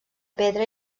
pedra